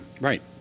right